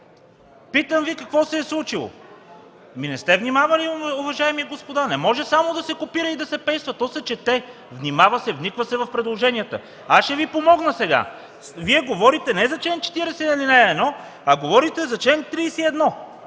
Питам Ви: какво се е случило? Ами не сте внимавали, уважаеми господа! Не може само да се копира и да се пейства – то се чете, внимава се, вниква се в предложенията. Аз ще Ви помогна сега. Вие говорите не за чл. 40, ал. 1, а за чл. 31!